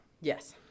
Yes